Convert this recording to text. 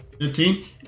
Fifteen